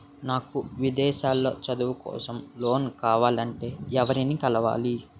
నాకు విదేశాలలో చదువు కోసం లోన్ కావాలంటే ఎవరిని కలవాలి?